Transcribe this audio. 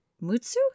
mutsu